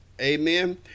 Amen